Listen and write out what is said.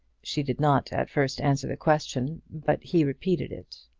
she did not at first answer the question but he repeated it.